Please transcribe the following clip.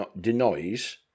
denies